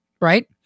right